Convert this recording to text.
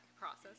process